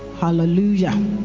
Hallelujah